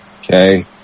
okay